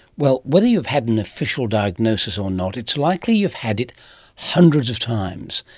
well, whether you've had an official diagnosis or not, it's likely you've had it hundreds of times,